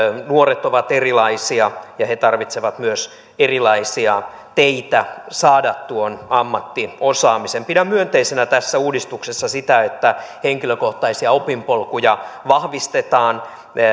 nuoret ovat erilaisia ja he tarvitsevat myös erilaisia teitä saada tuon ammattiosaamisen pidän myönteisenä tässä uudistuksessa sitä että henkilökohtaisia opinpolkuja vahvistetaan